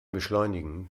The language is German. beschleunigen